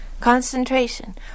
Concentration